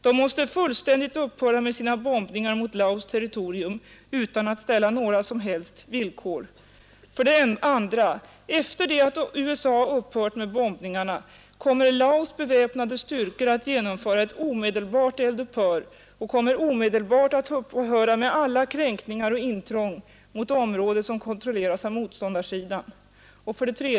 USA måste fullständigt upphöra med sina bombningar mot Laos terrotorium utan att ställa några som helst villkor. Efter det att USA upphört med bombningarna kommer Laos beväpnade styrkor att genomföra ett omedelbart eldupphör och kommer omedelbart att upphöra med alla kränkningar och intrång mot område som kontrolleras av motståndarsidan.